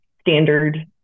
standard